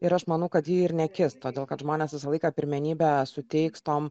ir aš manau kad ji ir nekis todėl kad žmonės visą laiką pirmenybę suteiks tom